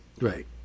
Right